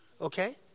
Okay